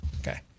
Okay